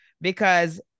Because-